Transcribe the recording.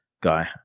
guy